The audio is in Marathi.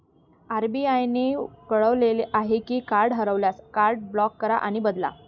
आर.बी.आई ने कळवले आहे की कार्ड हरवल्यास, कार्ड ब्लॉक करा आणि बदला